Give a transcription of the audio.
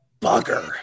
bugger